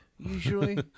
Usually